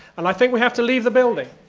and i think we have to leave the building.